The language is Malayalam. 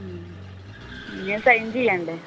ഞാൻ സൈൻ ചെയ്യണ്ടേ